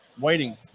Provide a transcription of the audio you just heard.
waiting